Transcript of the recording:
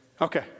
Okay